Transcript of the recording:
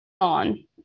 on